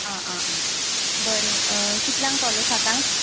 आं आं आं बरें कितल्याक पावल्यार सातांक